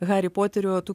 harį poterį o tu